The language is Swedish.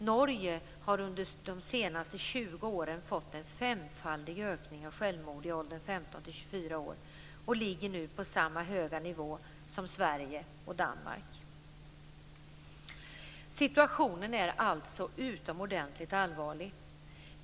Norge har under de senaste 20 åren fått en femfaldig ökning av antalet självmord i åldrarna 15-24 år och ligger nu på samma höga nivå som Sverige och Danmark. Situationen är alltså utomordentligt allvarlig.